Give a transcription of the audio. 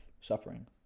suffering